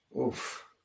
Oof